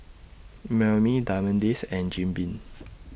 Mimeo Diamond Days and Jim Beam